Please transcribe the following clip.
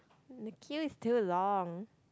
the queue is too long